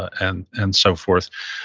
and and so forth.